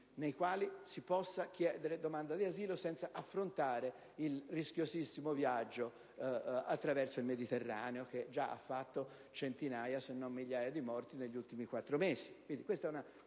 nei quali si possa fare domanda di asilo senza affrontare il rischiosissimo viaggio attraverso il Mediterraneo, che già ha causato centinaia, se non migliaia di morti negli ultimi quattro mesi. Questo è il